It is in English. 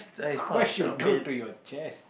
what you do to your chest